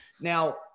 Now